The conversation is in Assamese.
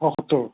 পঁয়সত্তৰ